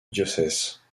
diocèse